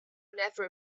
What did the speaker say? never